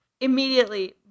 immediately